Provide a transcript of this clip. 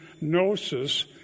gnosis